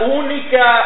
única